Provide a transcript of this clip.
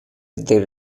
they